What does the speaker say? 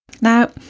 Now